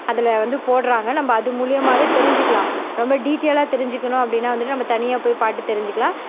அதில் வந்து போடுறாங்க நம்ம அது மூலிமாவே தெரிஞ்சுக்கலாம் ரொம்ப டீட்டைலாக தெரிஞ்சுக்கணும் அப்படின்னா வந்துட்டு நம்ம தனியாக போய் பாட்டு தெரிஞ்சுக்கலாம்